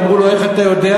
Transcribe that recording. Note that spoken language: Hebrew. אמרו לו: איך אתה יודע?